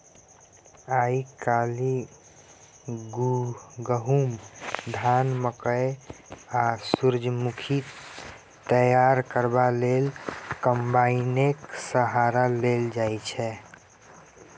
आइ काल्हि गहुम, धान, मकय आ सूरजमुखीकेँ तैयार करबा लेल कंबाइनेक सहारा लेल जाइ छै